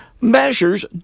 measures